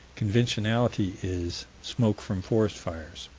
conventionality is smoke from forest fires.